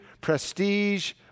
prestige